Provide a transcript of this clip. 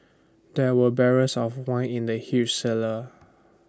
there were barrels of wine in the huge cellar